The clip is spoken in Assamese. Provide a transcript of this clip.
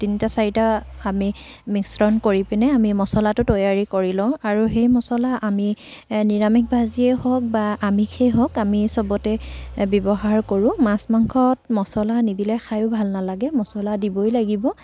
তিনিটা চাৰিটা আমি মিশ্ৰণ কৰি পিনে আমি মছলাটো তৈয়াৰী কৰি লওঁ আৰু সেই মছলা আমি নিৰামিষ ভাজিয়েই হওক বা আমিষেই হওক আমি চবতে ব্যৱহাৰ কৰোঁ মাছ মাংসত মছলা নিদিলে খাই ভাল নালাগে আমি মছলা দিবই লাগিব